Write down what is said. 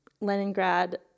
Leningrad